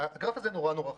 הגרף הבא הוא נורא חשוב.